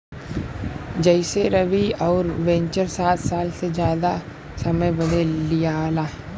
जइसेरवि अउर वेन्चर सात साल से जादा समय बदे लिआला